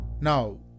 Now